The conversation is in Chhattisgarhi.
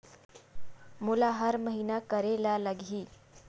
मोला हर महीना करे ल लगही?